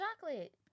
chocolate